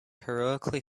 heroically